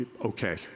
Okay